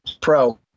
pro